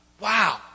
Wow